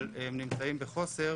אבל הן נמצאות בחוסר